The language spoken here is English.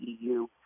EU